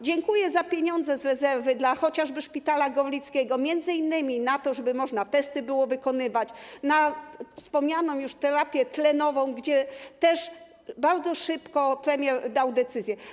Dziękuję za pieniądze z rezerwy, chociażby dla szpitala gorlickiego, m.in. na to, żeby można było wykonywać testy, na wspomnianą już terapię tlenową, gdzie też bardzo szybko premier wydał decyzję.